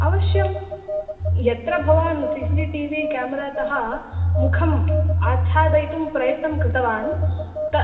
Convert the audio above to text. अवश्यं यत्र भवान् सी सि टि वि केमरातः मुखम् आच्छादयितुं प्रयत्नं कृतवान् तदा